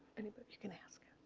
anybody you can ask